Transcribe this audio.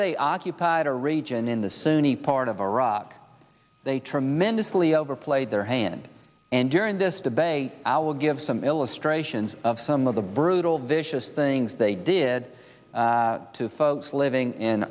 they occupied a region in the sunni part of iraq they tremendously overplayed their hand and during this debate i will give some illustrations of some of the brutal vicious things they did to folks living in